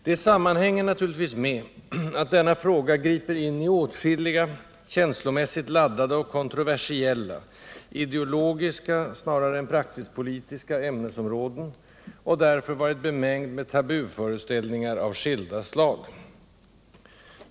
Detta sammanhänger naturligtvis med att denna fråga griper in i åtskilliga känslomässigt laddade och kontroversiella — ideologiska snarare än praktisktpolitiska — ämnesområden, och den har därför varit bemängd med tabuföreställningar av skilda slag.